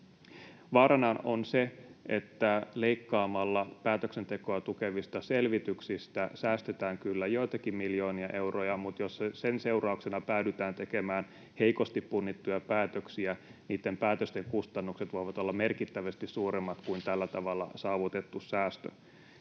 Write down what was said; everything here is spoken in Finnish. Vaarana on se, että leikkaamalla päätöksentekoa tukevista selvityksistä säästetään kyllä joitakin miljoonia euroja, mutta jos sen seurauksena päädytään tekemään heikosti punnittuja päätöksiä, niitten päätösten kustannukset voivat olla merkittävästi suuremmat kuin tällä tavalla saavutettu säästö.